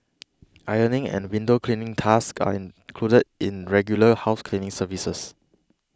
ironing and window cleaning tasks are included in regular house cleaning services